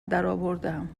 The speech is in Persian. درآوردم